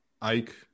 Ike